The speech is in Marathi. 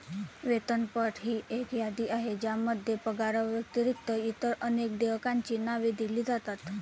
वेतनपट ही एक यादी आहे ज्यामध्ये पगाराव्यतिरिक्त इतर अनेक देयकांची नावे दिली जातात